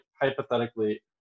hypothetically